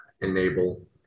enable